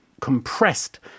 compressed